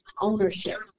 ownership